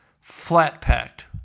flat-packed